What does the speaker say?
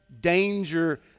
Danger